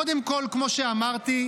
קודם כול, כמו שאמרתי,